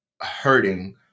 hurting